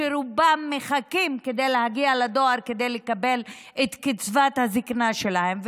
שרובם מחכים להגיע לדואר כדי לקבל את קצבת הזקנה שלהם,